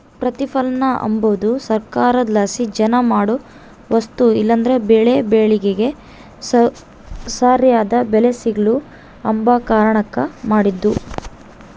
ಪ್ರತಿಪಲನ ಅಂಬದು ಸರ್ಕಾರುದ್ಲಾಸಿ ಜನ ಮಾಡೋ ವಸ್ತು ಇಲ್ಲಂದ್ರ ಬೆಳೇ ಬೆಳಿಗೆ ಸರ್ಯಾದ್ ಬೆಲೆ ಸಿಗ್ಲು ಅಂಬ ಕಾರಣುಕ್ ಮಾಡಿದ್ದು